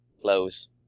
Close